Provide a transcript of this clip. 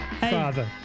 Father